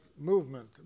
movement